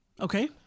okay